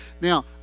Now